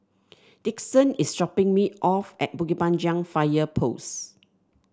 Dixon is dropping me off at Bukit Panjang Fire Post